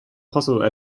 possible